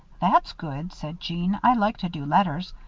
that's good, said jeanne. i like to do letters,